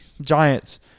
Giants